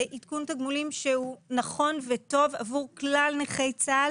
זה עדכון תגמולים שהוא נכון וטוב עבור כלל נכי צה"ל